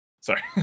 Sorry